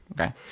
Okay